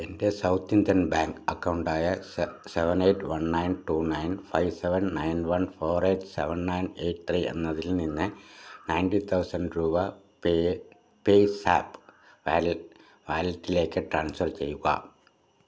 എൻ്റെ South Indian Bank account ആയ seven eight one nine two nine five seven nine one four eight seven nine eight three എന്നതിൽ നിന്ന് ninety thousand രൂപ PayZapp വാലറ്റിലേക്ക് transfer ചെയ്യുക